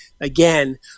again